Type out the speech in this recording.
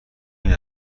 این